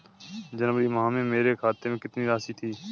जनवरी माह में मेरे खाते में कितनी राशि थी?